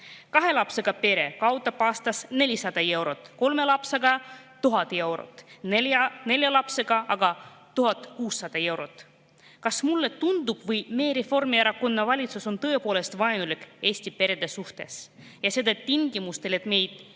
Kahe lapsega pere kaotab aastas 400 eurot, kolme lapsega 1000 eurot, nelja lapsega aga 1600 eurot. Kas mulle tundub või meie Reformierakonna valitsus on tõepoolest vaenulik Eesti perede suhtes? Ja seda tingimustes, kus meil